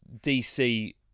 DC